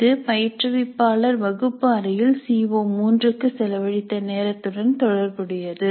இது பயிற்றுவிப்பாளர் வகுப்பு அறையில் சீஓ3 க்கு செலவழித்த நேரத்துடன் தொடர்புடையது